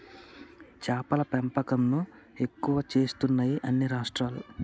చేపల పెంపకం ను ఎక్కువ చేస్తున్నాయి అన్ని రాష్ట్రాలు